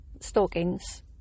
stockings